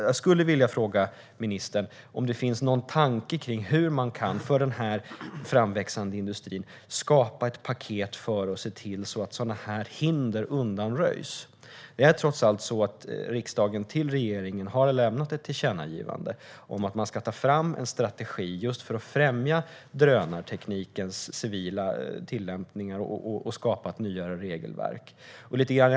Jag skulle vilja fråga ministern om det finns någon tanke kring hur man för den här framväxande industrin kan skapa ett paket för att se till att sådana här hinder undanröjs. Riksdagen har trots allt lämnat ett tillkännagivande till regeringen om att man ska ta fram en strategi just för att främja drönarteknikens civila tillämpningar och skapa ett nyare regelverk.